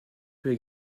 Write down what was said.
peut